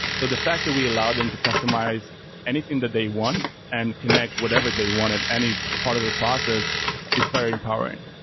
so the fact that we allow them to customize anything that they want and connect whatever they want at any part of the process is very empowering.